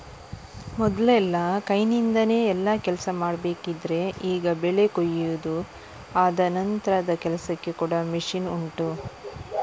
ಮೊದಲೆಲ್ಲ ಕೈನಿಂದಾನೆ ಎಲ್ಲಾ ಕೆಲ್ಸ ಮಾಡ್ಬೇಕಿದ್ರೆ ಈಗ ಬೆಳೆ ಕೊಯಿದು ಆದ ನಂತ್ರದ ಕೆಲ್ಸಕ್ಕೆ ಕೂಡಾ ಮಷೀನ್ ಉಂಟು